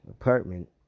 apartment